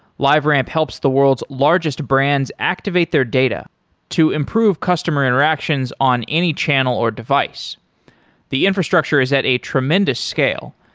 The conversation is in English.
liveramp helps the world's largest brands activate their data to improve customer interactions on any channel or device the infrastructure is at a tremendous scale.